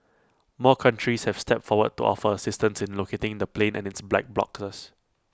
more countries have stepped forward to offer assistance in locating the plane and its black blocks